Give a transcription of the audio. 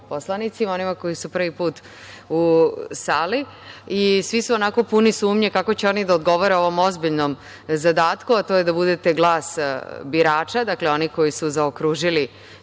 poslanicima, onima koji su prvi put u sali i svi su onako puni sumnji kako će oni da odgovore ovom ozbiljnom zadatku, a to je da budete glas birača, dakle, onih koji su zaokružili